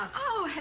oh,